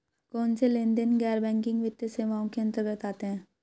कौनसे लेनदेन गैर बैंकिंग वित्तीय सेवाओं के अंतर्गत आते हैं?